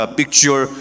picture